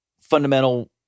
fundamental